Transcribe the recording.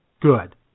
Good